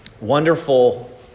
wonderful